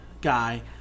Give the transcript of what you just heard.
guy